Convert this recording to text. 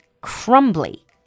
crumbly